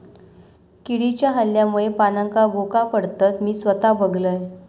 किडीच्या हल्ल्यामुळे पानांका भोका पडतत, मी स्वता बघलंय